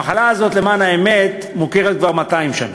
המחלה הזאת, למען האמת, מוכרת כבר 200 שנה,